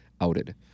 outed